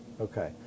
Okay